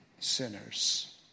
Sinners